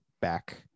back